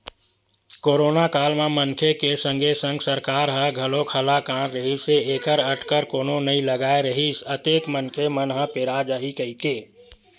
करोनो काल म मनखे के संगे संग सरकार ह घलोक हलाकान रिहिस हे ऐखर अटकर कोनो नइ लगाय रिहिस अतेक मनखे मन ह पेरा जाही कहिके